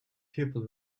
people